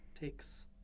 takes